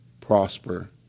prosper